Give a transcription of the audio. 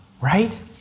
right